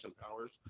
powers